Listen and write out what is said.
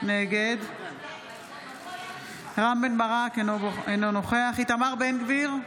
נגד רם בן ברק, אינו נוכח איתמר בן גביר,